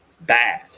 bad